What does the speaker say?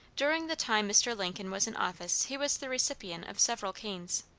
during the time mr. lincoln was in office he was the recipient of several canes.